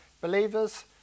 believers